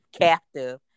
captive